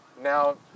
Now